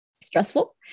stressful